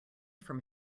from